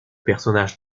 personnage